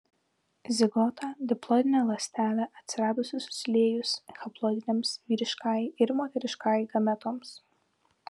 zigota diploidinė ląstelė atsiradusi susiliejus haploidinėms vyriškajai ir moteriškajai gametoms